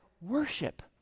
worship